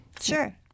Sure